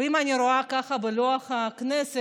ואם אני רואה ככה בלוח הכנסת,